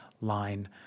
line